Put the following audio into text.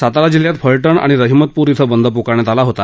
सातारा जिल्ह्यात फलटण आणि रहिमतपूर धिं बंद पु्कारण्यात आला होता